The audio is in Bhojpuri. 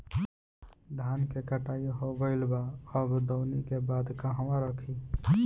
धान के कटाई हो गइल बा अब दवनि के बाद कहवा रखी?